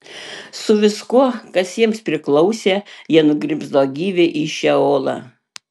su viskuo kas jiems priklausė jie nugrimzdo gyvi į šeolą